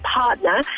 partner